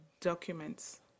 documents